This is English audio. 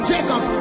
Jacob